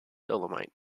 dolomite